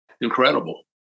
incredible